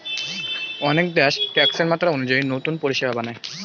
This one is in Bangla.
অনেক দ্যাশ ট্যাক্সের মাত্রা অনুযায়ী নতুন পরিষেবা বানায়